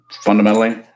fundamentally